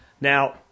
Now